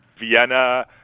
Vienna